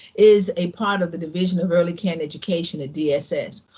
is a part of the division of early care and education at dss.